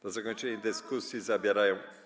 Na zakończenie dyskusji głos zabierają.